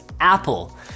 Apple